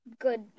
good